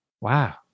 Wow